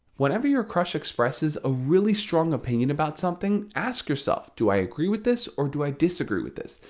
whenever your crush expresses a really strong opinion about something, ask yourself do i agree with this or do i disagree with this?